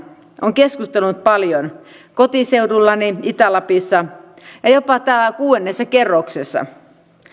on keskusteluttanut paljon kotiseudullani itä lapissa ja jopa täällä kuudennessa kerroksessa